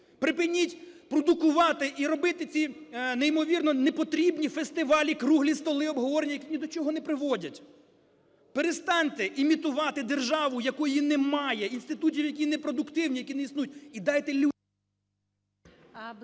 припиніть продукувати і робити ці неймовірно непотрібні фестивалі, круглі столи, обговорення, які ні до чого не приводять, перестаньте імітувати державу, якої немає, інститутів, які непродуктивні, які не існують,